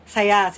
Saya